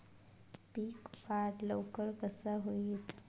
पीक वाढ लवकर कसा होईत?